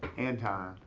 anton.